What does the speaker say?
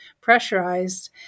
pressurized